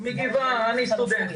היא אמרה שהיא סטודנטית,